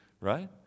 right